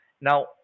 Now